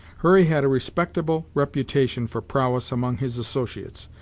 hurry had a respectable reputation for prowess among his associates,